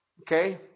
Okay